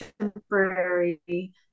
Temporary